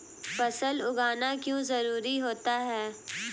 फसल उगाना क्यों जरूरी होता है?